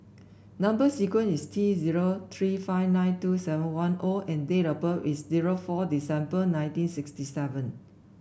number sequence is T zero three five nine two seven one O and date of birth is zero four December nineteen sixty seven